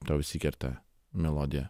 tau įsikerta melodija